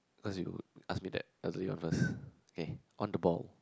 cause you ask you that earlier first okay on the ball